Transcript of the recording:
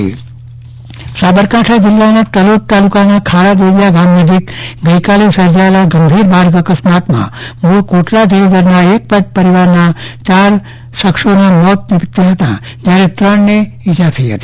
ચંદ્રવદન પટ્ટણી અકસ્માત સાબરકાંઠા જિલ્લામાં તલોદતાલુકાનાખારા દેવરિયા ગામ નજીક ગઈકાલે સર્જાયેલા માર્ગ અકસ્માતમાં મુળ કોટડા જડોદરના એક પરિવારના ચાર સભ્યોના મોત નીપજ્યા હતા જ્યારે ત્રણને ઈજા થઈ હતી